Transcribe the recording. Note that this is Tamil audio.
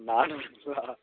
நானூறா